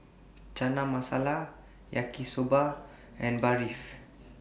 Chana Masala Yaki Soba and Barfi